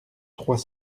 trois